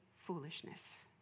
foolishness